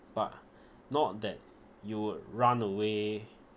but not that you would run away